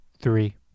Three